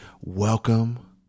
Welcome